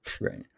Right